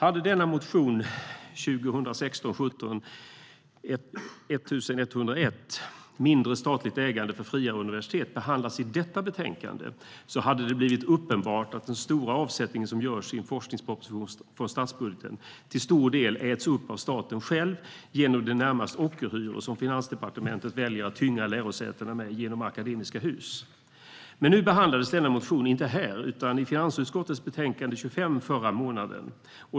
Om denna motion, 2016/17:1101 Mindre statligt ägande för friare universitet , hade behandlats i detta betänkande hade det blivit uppenbart att den stora avsättning som görs i en forskningsproposition från statsbudgeten till stor del äts upp av staten själv genom de närmast ockerliknande hyror som Finansdepartementet väljer att tynga lärosätena med genom Akademiska Hus. Men nu behandlades motionen inte här, utan i finansutskottets betänkande 25 förra månaden.